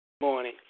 Morning